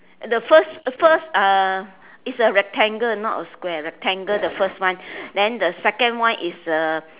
the first first uh is a rectangle not a square rectangle the first one then the second one is a